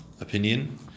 opinion